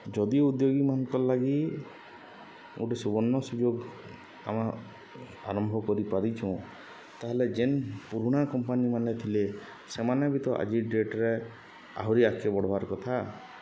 ଯଦି ଉଦ୍ୟୋଗୀମାନ୍କର୍ଲାଗି ଗୁଟେ ସୁବର୍ଣ୍ଣ ସୁଯୋଗ୍ ଆମେ ଆରମ୍ଭ କରିପାରିଛୁଁ ତା'ହେଲେ ଯେନ୍ ପୁରୁଣା କମ୍ପାନୀମାନେ ଥିଲେ ସେମାନେ ବି ତ ଆଜି ଡେଟ୍ରେ ଆହୁରି ଆଗ୍କେ ବଢ଼୍ବାର୍ କଥା